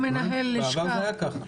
בעבר זה היה כך.